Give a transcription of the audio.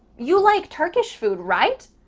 you like turkish food, right?